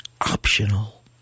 optional